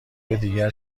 دیگر